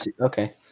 Okay